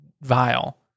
vile